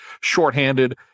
shorthanded